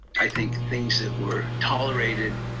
i think things that were tolerated